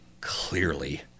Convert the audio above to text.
Clearly